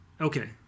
Okay